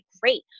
great